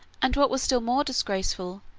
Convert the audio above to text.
and what was still more disgraceful,